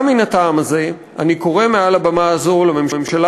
גם מן הטעם הזה אני קורא מעל הבמה הזאת לממשלה